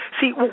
See